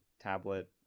tablet